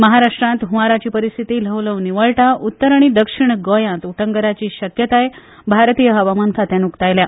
महाराष्ट्रात हंवाराची परिस्थिती ल्हव ल्हव निवळटा उत्तर आनी दक्षिण गोयात उटंगराची शक्यताय भारतीय हवामान खात्यान उक्तायल्या